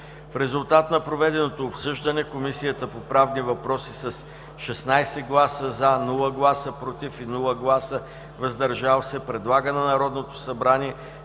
В резултат на проведеното обсъждане, Комисията по правни въпроси с 16 гласа „за”, без „против“ и „въздържали се” предлага на Народното събрание